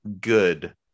good